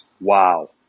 wow